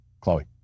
Chloe